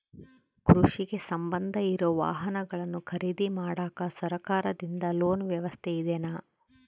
ಕೃಷಿಗೆ ಸಂಬಂಧ ಇರೊ ವಾಹನಗಳನ್ನು ಖರೇದಿ ಮಾಡಾಕ ಸರಕಾರದಿಂದ ಲೋನ್ ವ್ಯವಸ್ಥೆ ಇದೆನಾ?